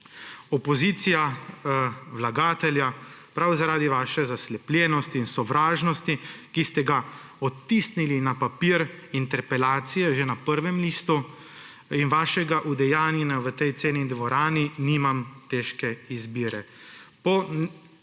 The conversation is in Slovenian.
Opozicija, vlagatelja, prav zaradi vaše zaslepljenosti in sovražnosti, ki ste jo odtisnili na papir interpelacije že na prvem listu, in vašega udejanjenja v tej cenjeni dvorani nimam težke izbire.